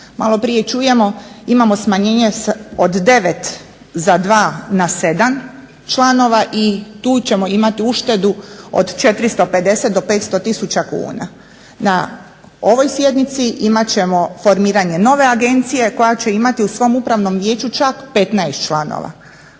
Maloprije čujemo imamo smanjenje od 9 za 2 na 7 članova i tu ćemo imati uštedu od 450 do 500 tisuća kuna. Na ovoj sjednici imat ćemo formiranje nove agencije koja će imati u svom upravnom vijeću čak 15 članova.